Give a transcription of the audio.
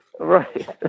Right